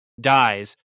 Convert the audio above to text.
dies